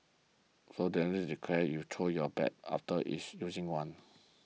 so don't need to declare you true your bag after it's using one